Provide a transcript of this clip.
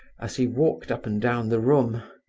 as he walked up and down the room.